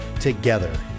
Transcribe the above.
together